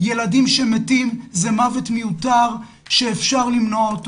ילדים שמתים זה מוות מיותר שאפשר למנוע.